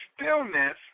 stillness